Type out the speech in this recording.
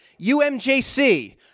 UMJC